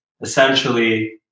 essentially